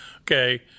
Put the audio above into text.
Okay